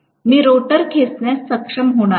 मी rotor खेचण्यास सक्षम होणार नाही